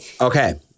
Okay